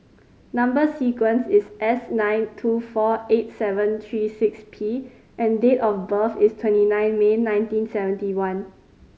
number sequence is S nine two four eight seven three six P and date of birth is twenty nine May nineteen seventy one